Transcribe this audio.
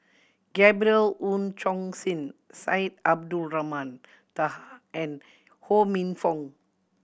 Gabriel Oon Chong Jin Syed Abdulrahman Taha and Ho Minfong